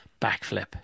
backflip